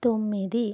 తొమ్మిది